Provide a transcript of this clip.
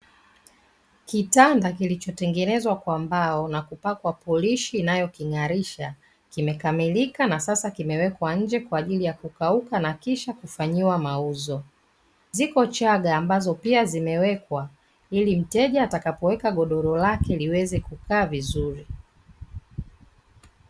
Kitanda kilichotengenezwa kwa mbao na kupakwa polishi inayo king'arisha kimekamilika na sasa kimewekwa nje kwa ajili ya kukauka na kisha kufanyiwa mauzo, ziko chaga ambazo pia zimewekwa ili mteja atakapo weka godoro lake liweze kukaa vizuri.